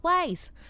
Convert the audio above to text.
ways